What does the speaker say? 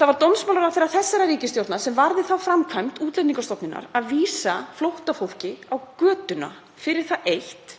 Það var dómsmálaráðherra þessarar ríkisstjórnar sem varði þá framkvæmd Útlendingastofnunar að vísa flóttafólki á götuna fyrir það eitt